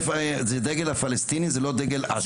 זה דגל הפלסטיני, זה לא דגל אש"ף.